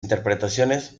interpretaciones